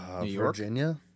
virginia